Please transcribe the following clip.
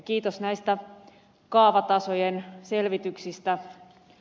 kiitos näistä kaavatasojen selvityksistä